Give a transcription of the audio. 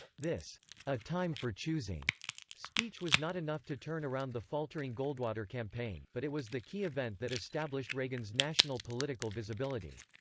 this a time for choosing speech was not enough to turn around the faltering goldwater campaign, but it was the key event that established reagan's national political visibility.